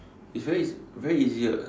it's very very easy [what]